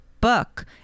book